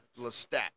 Lestat